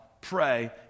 pray